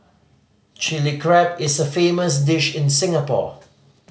Chilli Crab is a famous dish in Singapore